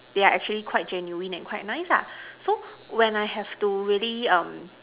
they are actually quite genuine and quite nice ah so when I have to really um